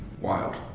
wild